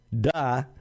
Duh